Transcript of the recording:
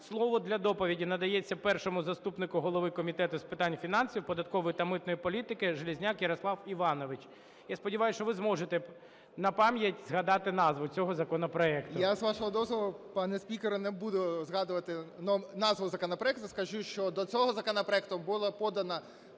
Слово для доповіді надається першому заступнику голові Комітету з питань фінансів, податкової та митної політики Железняку Ярославу Івановичу. Я сподіваюсь, що ви зможете напам'ять згадати назву цього законопроекту. 17:13:06 ЖЕЛЕЗНЯК Я.І. Я, з вашого дозволу, пане спікере, не буду згадувати назву законопроекту, скажу, що до цього законопроекту було подано